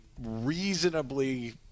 reasonably